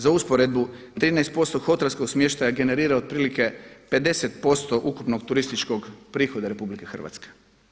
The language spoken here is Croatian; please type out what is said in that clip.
Za usporedbu 13% hotelskog smještaja generira otprilike 50% ukupnog turističkog prihoda Republike Hrvatske.